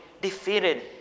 defeated